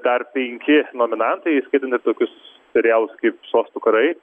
dar penki nominantai skaitome tokius serialus kaip sostų karai